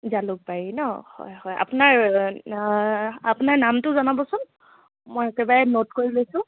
জালুকবাৰী ন হয় হয় আপোনাৰ আপোনাৰ নামটো জনাবচোন মই একেবাৰে নোট কৰি লৈছোঁ